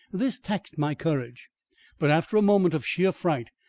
this taxed my courage but after a moment of sheer fright,